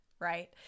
Right